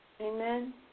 Amen